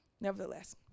nevertheless